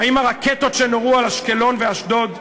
האם הרקטות שנורו על אשקלון ואשדוד,